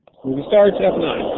start f nine.